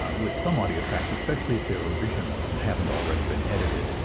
with some audio tracks, especially if they're originals and haven't already been edited,